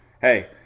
Hey